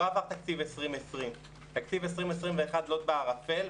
עבר תקציב 2020. תקציב 2021 לוט בערפל,